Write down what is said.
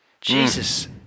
Jesus